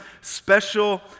special